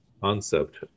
concept